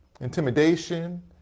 intimidation